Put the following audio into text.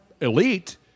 elite